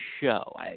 show